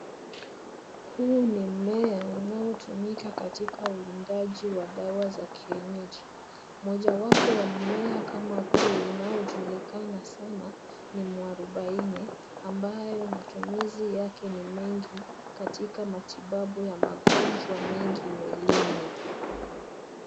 Huu ni mmea unaotumika katika uundaji wa dawa za kienyeji. Mojawapo wa mmea kama huu unaojulikana sana ni mwarubaini, ambayo matumizi yake ni mengi katika matibabu ya magonjwa mengi mwilini.